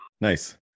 Nice